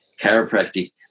chiropractic